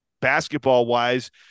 basketball-wise